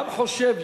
העם חושב,